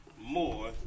more